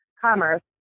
commerce